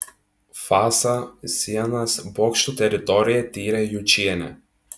fasą sienas bokštų teritoriją tyrė jučienė